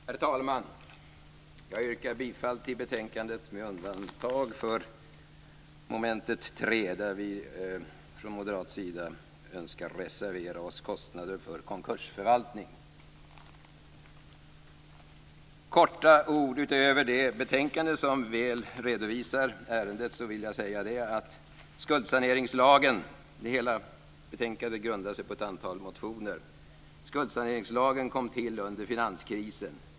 Herr talman! Jag yrkar bifall till hemställan i betänkandet med undantag för mom. 3, kostnader för konkursförvaltning, där vi från moderat sida önskar reservera oss. Jag ska i korthet säga några ord utöver det som står i betänkandet, som väl redovisar ärendet. Hela betänkandet grundar sig på ett antal motioner. Skuldsaneringslagen kom till under finanskrisen.